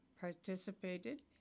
participated